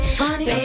funny